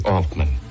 Altman